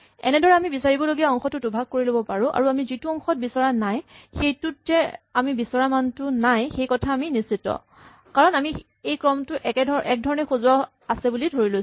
এনেদৰে আমি বিচাৰিবলগীয়া অংশটো দুভাগ কৰি ল'ব পাৰো আৰু আমি যিটো অংশত বিচৰা নাই সেইটোত যে আমি বিচৰা মানটো নাই সেই কথাত আমি নিশ্চিত কাৰণ আমি এই ক্ৰমটো একধৰণে সজোৱা আছে বুলি ধৰি লৈছো